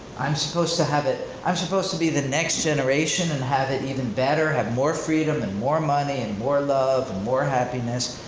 i'm supposed to have it, i'm supposed to be the next generation and have it even better, and have more freedom and more money and more love and more happiness.